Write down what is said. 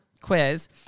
quiz